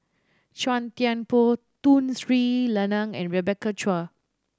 Chua Thian Poh Tun Sri Lanang and Rebecca Chua